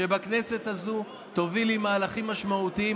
שבכנסת הזו תובילי מהלכים משמעותיים.